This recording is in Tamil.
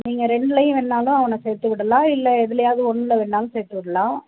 நீங்கள் ரெண்டுலையும் வேணுனாலும் அவனை சேர்த்துவிடலாம் இல்லை எதுலையாவது ஒன்றுல வேணுனாலும் சேர்த்துவிட்லாம்